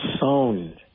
sound